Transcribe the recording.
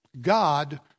God